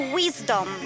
wisdom